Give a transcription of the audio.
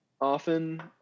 often